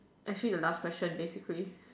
actually the last question basically